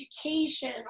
education